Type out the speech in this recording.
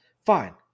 Fine